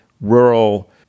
rural